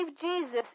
Jesus